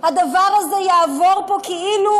הדבר הזה יעבור פה, כאילו,